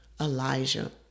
Elijah